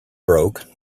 broke